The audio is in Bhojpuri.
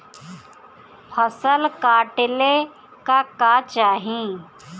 फसल काटेला का चाही?